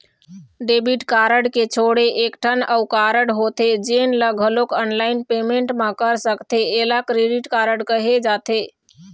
debit card के छोड़े एकठन अउ कारड होथे जेन ल घलोक ऑनलाईन पेमेंट म कर सकथे एला क्रेडिट कारड कहे जाथे